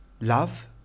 love